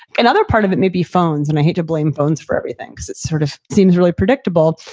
another part of it may be phones, and i hate to blame phones for everything because it sort of seems really predictable.